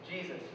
Jesus